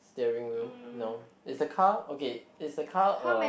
steering wheel no is the car okay is the car uh